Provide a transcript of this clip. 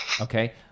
okay